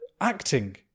acting